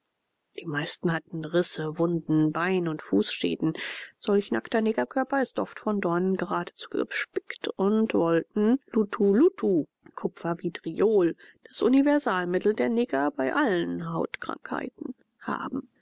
die meisten hatten risse wunden bein und fußschäden solch nackter negerkörper ist oft von dornen geradezu gespickt und wollten luttuluttu kupfervitriol das universalmittel der neger bei allen hautkrankheiten haben